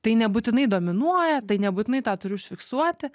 tai nebūtinai dominuoja tai nebūtinai tą turi užfiksuoti